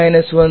વિદ્યાર્થી 7